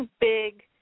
big